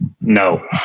No